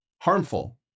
harmful